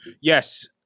Yes